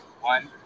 One